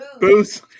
Booze